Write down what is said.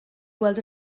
weld